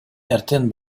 эртең